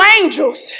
angels